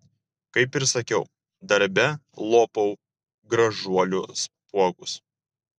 kaip ir sakiau darbe lopau gražuolių spuogus